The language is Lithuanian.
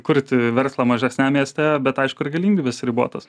kurti verslą mažesniam mieste bet aišku ir galimybės ribotos